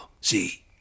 see